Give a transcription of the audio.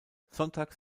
sonntags